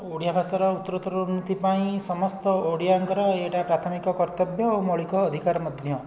ଓଡ଼ିଆଭାଷାର ଉତ୍ତୋରତ୍ତର ଉନ୍ନତି ପାଇଁ ସମସ୍ତ ଓଡ଼ିଆଙ୍କର ଏଇଟା ପ୍ରାଥମିକ କର୍ତ୍ତବ୍ୟ ଓ ମୌଳିକ ଅଧିକାର ମଧ୍ୟ